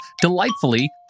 delightfully